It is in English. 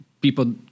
people